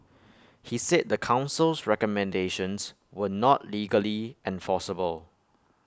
he said the Council's recommendations were not legally enforceable